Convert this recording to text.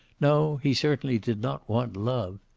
no, he certainly did not want love.